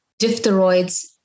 diphtheroids